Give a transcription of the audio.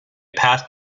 passed